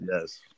yes